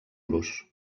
los